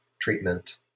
treatment